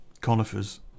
conifers